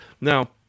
Now